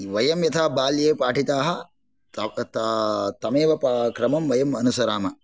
वयं यथा बाल्ये पाठिताः तमेव क्रमं वयम् अनुसरामः